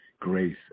grace